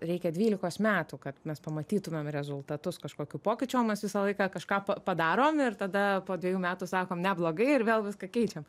reikia dvylikos metų kad mes pamatytumėm rezultatus kažkokių pokyčių o mes visą laiką kažką pa padarom ir tada po dviejų metų sakom ne blogai ir vėl viską keičiam